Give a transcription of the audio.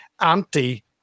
anti